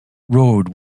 road